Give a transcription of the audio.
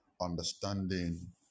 understanding